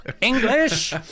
English